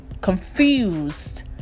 confused